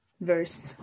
verse